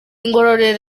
ngororero